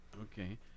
Okay